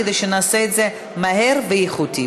כדי שנעשה את זה מהר ואיכותי.